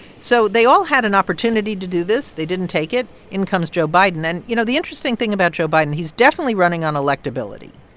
so they all had an opportunity to do this. they didn't take it. in comes joe biden. and, you know, the interesting thing about joe biden he's definitely running on electability,